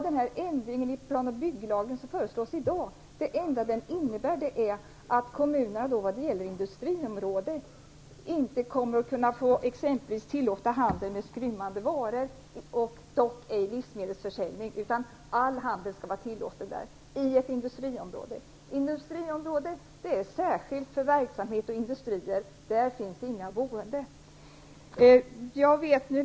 Den ändring i plan och bygglagen som föreslås i dag innebär att kommuner inte kommer att kunna tillåta handel med exempelvis skrymmande varor i industriområden. Det gäller dock ej livsmedel. All handel skall vara tillåten i industriområden. Ett industriområde är särskilt avsett för industriverksamhet. Där finns inga boende.